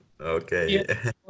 Okay